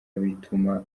bituma